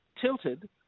tilted